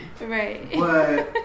Right